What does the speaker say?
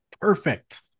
perfect